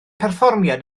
perfformiad